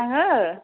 आङो